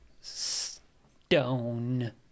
stone